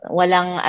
walang